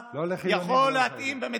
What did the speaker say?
לא על חילונים ולא על חרדים.